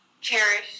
cherish